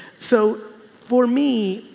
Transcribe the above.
so for me,